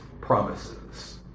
promises